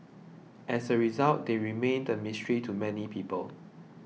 as a result they remain a mystery to many people